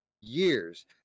years